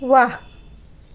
ৱাহ